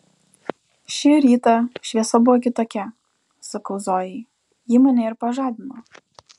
šį rytą šviesa buvo kitokia sakau zojai ji mane ir pažadino